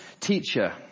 teacher